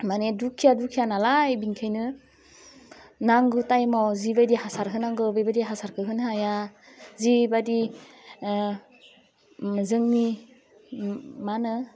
मानि दुखिया दुखिया नालाय बिनिखायनो नांगौ टाइमआव जि बायदि हासार होनांगौ बेबायदि हासारखौ होनो हाया जिबायदि जोंनि मो मा होनो